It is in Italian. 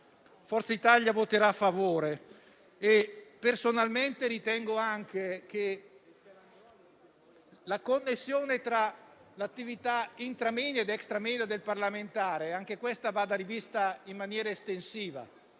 Forza Italia voterà a favore. Personalmente ritengo che anche la connessione tra l'attività *intra moenia* ed *extra moenia* del parlamentare vada rivista in maniera estensiva.